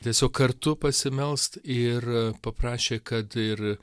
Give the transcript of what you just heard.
tiesiog kartu pasimelst ir paprašė kad ir